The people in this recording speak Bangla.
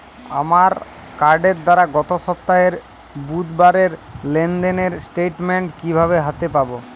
আমার কার্ডের দ্বারা গত সপ্তাহের বুধবারের লেনদেনের স্টেটমেন্ট কীভাবে হাতে পাব?